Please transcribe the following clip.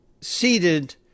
seated